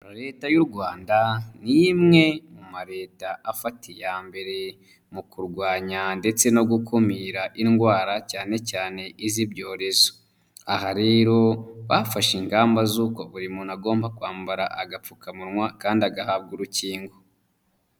Leta y'u Rwanda ni imwe mu mareta afata iya mbere mu kurwanya ndetse no gukumira indwara cyane cyane iz'ibyorezo. Aha rero bafashe ingamba z'uko buri muntu agomba kwambara agapfukamunwa kandi agahabwa urukingo.